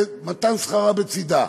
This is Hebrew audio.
ומתן שכרה בצדה.